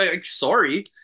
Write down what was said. sorry